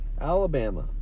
Alabama